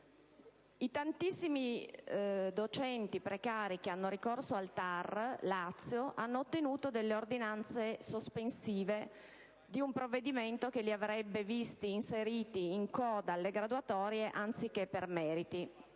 i tantissimi docenti precari che hanno fatto ricorso al TAR del Lazio hanno ottenuto delle ordinanze sospensive di un provvedimento che li avrebbe visti inseriti in coda alle graduatorie, non sulla